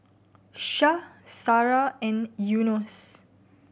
Syah Sarah and Yunos